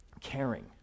caring